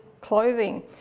clothing